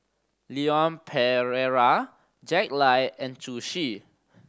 Leon Perera Jack Lai and Zhu Xu